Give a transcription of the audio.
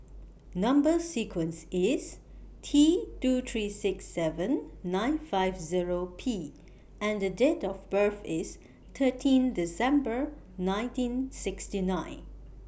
Number sequence IS T two three six seven nine five Zero P and Date of birth IS thirteen December nineteen sixty nine